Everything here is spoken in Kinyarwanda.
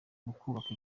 bubaka